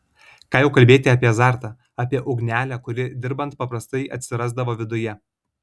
ką jau kalbėti apie azartą apie ugnelę kuri dirbant paprastai atsirasdavo viduje